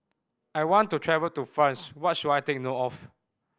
I want to travel to France what should I take note of